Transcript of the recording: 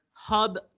Hub